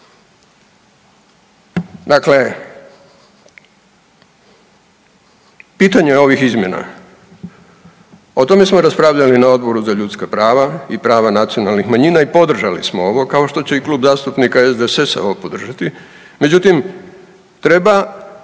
Dakle, pitanje je ovih izmjena, o tome smo raspravljali na Odboru za ljudska prava i prava nacionalnih manjina i podržali smo ovo, kao što će i Klub zastupnika SDSS-a ovo podržati, međutim treba